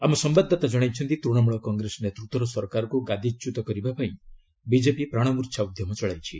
ଆମ ସମ୍ଭାଦଦାତା ଜଣାଇଛନ୍ତି ତୃଣମୂଳ କଂଗ୍ରେସ ନେତୃତ୍ୱର ସରକାରକୁ ଗାଦିଚ୍ୟୁତ କରିବା ପାଇଁ ବିଜେପି ପ୍ରାଣମୂର୍ଚ୍ଛା ଉଦ୍ୟମ ଚଳାଇଛି